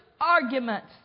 arguments